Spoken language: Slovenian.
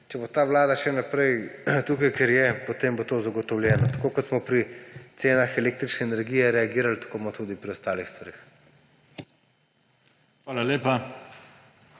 Če bo ta vlada še naprej tukaj, kjer je, potem bo to zagotovljeno. Tako kot smo pri cenah električne energije reagirali, tako bomo tudi v preostalih stvareh.